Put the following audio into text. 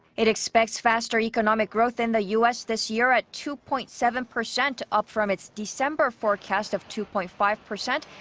it expects faster economic growth in the u s. this year at two point seven percent, up from its december forecast of two point five percent.